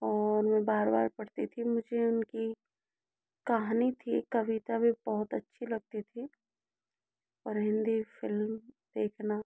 और मैं बार बार पढ़ती थी मुझे उनकी कहानी थी कविता भी बहुत अच्छी लगती थी और हिंदी फिल्म देखना